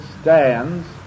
stands